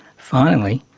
finally,